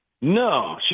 No